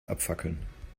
abfackeln